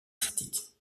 critiques